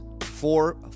four